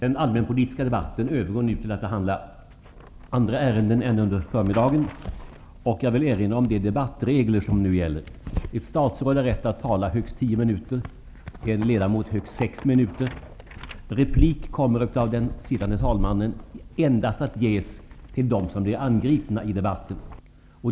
Jag vill erinra om de debattregler som nu gäller. Ett statsråd har rätt att tala i högst tio minuter, en ledamot i högst sex minuter. Replik kommer av den fungerande talmannen att medges endst till dem som blir angripna i debatten.